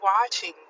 watching